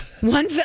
one